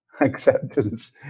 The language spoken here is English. Acceptance